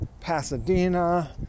Pasadena